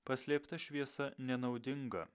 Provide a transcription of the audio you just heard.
paslėpta šviesa nenaudinga